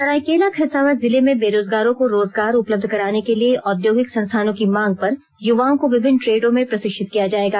सरायकेला खरसावां जिले में बेरोजगारों को रोजगार उपलब्ध कराने के लिए औद्योगिक संस्थानों की मांग पर युवाओं को विभिन्न ट्रेडों में प्रशिक्षित किया जाएगा